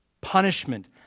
punishment